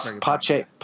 Pache